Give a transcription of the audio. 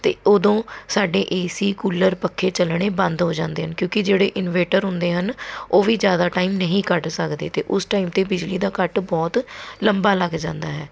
ਅਤੇ ਉਦੋਂ ਸਾਡੇ ਏਸੀ ਕੂਲਰ ਪੱਖੇ ਚੱਲਣੇ ਬੰਦ ਹੋ ਜਾਂਦੇ ਹਨ ਕਿਉਂਕਿ ਜਿਹੜੇ ਇਨਵੇਟਰ ਹੁੰਦੇ ਹਨ ਉਹ ਵੀ ਜ਼ਿਆਦਾ ਟਾਈਮ ਨਹੀਂ ਕੱਢ ਸਕਦੇ ਅਤੇ ਉਸ ਟਾਈਮ 'ਤੇ ਬਿਜਲੀ ਦਾ ਕੱਟ ਬਹੁਤ ਲੰਬਾ ਲੱਗ ਜਾਂਦਾ ਹੈ